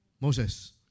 Moses